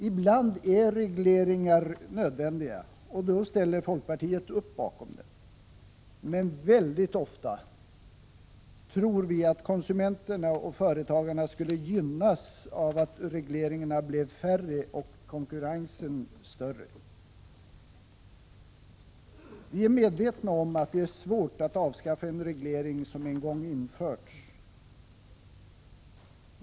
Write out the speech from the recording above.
Ibland är regleringar nödvändiga, och då ställer folkpartiet upp bakom dem, men väldigt ofta tror vi att konsumenterna och företagarna skulle gynnas av att regleringarna blev färre och konkurrensen större. Vi är medvetna om att det är svårt att avskaffa en reglering som en gång är införd.